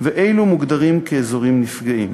ואלו מוגדרים כאזורים נפגעים.